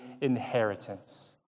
inheritance